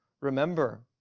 Remember